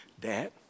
Dad